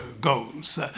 goals